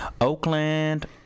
Oakland